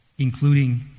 including